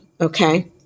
Okay